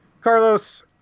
Carlos